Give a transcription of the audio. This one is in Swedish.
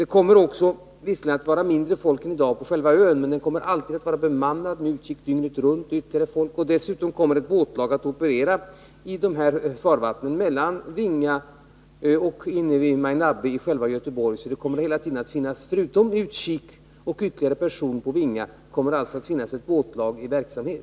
Det kommer visserligen att vara mindre folk än i dag på själva ön, men fyren kommer alltid att vara bemannad, med utkik dygnet runt, av utbildat folk. Dessutom kommer ett båtlag att operera i dessa farvatten, mellan Vinga och Majnabbe, i själva Göteborg. Förutom utkik och ytterligare en person på Vinga kommer det alltså att finnas ett båtlag i verksamhet.